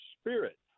spirit